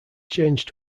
change